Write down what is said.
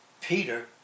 Peter